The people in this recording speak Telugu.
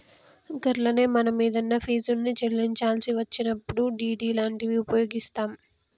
గట్లనే మనం ఏదన్నా ఫీజుల్ని చెల్లించాల్సి వచ్చినప్పుడు డి.డి లాంటివి ఉపయోగిస్తాం